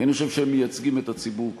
ואני חושב שהם מייצגים את הציבור כולו.